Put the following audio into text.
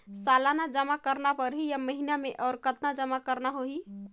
सालाना जमा करना परही या महीना मे और कतना जमा करना होहि?